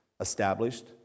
established